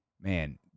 Man